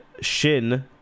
Shin